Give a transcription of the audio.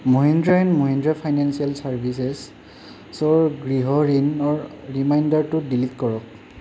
Mahindra and Mahindra financial চাৰ্ভিচেছৰ গৃহ ঋণৰ ৰিমাইণ্ডাৰটো ডিলিট কৰক